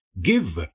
Give